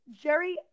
Jerry